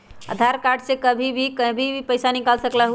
आधार card से कहीं भी कभी पईसा निकाल सकलहु ह?